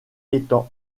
étant